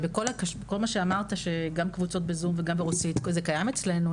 כל מה שאמרת גם על קבוצות בזום וגם ברוסית זה קיים אצלנו,